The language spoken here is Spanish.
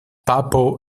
pappo